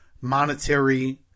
monetary